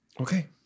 Okay